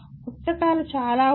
పుస్తకాలు చాలా ఉన్నాయి